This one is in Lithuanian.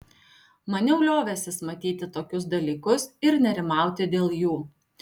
maniau liovęsis matyti tokius dalykus ir nerimauti dėl jų